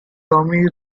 tommy